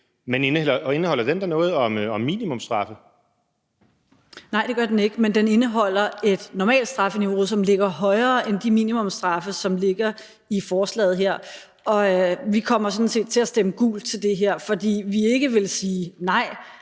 Men indeholder den da noget om minimumsstraffe? Kl. 17:09 Pernille Vermund (NB): Nej, det gør den ikke, men den indeholder et normalstrafniveau, som ligger højere end de minimumsstraffe, som ligger i forslaget her, og vi kommer sådan set til at stemme gult til det her, fordi vi ikke vil sige nej